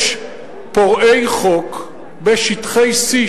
יש פורעי חוק בשטחי C,